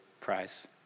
prize